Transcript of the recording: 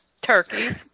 turkey